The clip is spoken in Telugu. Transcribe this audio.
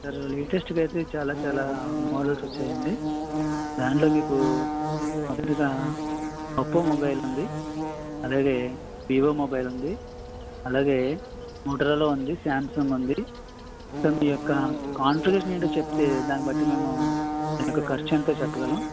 సార్ లేటెస్ట్గా అయితే చాలా చాలా మోడల్స్ వచ్చాయి అండి దానీలో మీకూ మొదటిగా ఒప్పో మొబైల్ ఉంది అలాగే వివో మొబైల్ ఉంది అలాగే మోటోరోలా ఉంది సాంసంగ్ ఉంది సార్ మీ యొక్క కన్ఫిగరేషన్ ఏంటో చెప్తే దాన్ని బట్టి మేము మీకు ఖర్చు ఎంతో చెప్పగలం